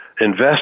invest